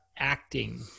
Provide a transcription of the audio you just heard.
acting